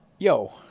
Yo